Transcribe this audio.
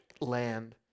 land